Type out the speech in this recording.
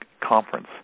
conference